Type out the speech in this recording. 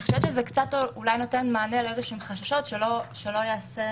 נותן מענה לחששות שלא ייעשה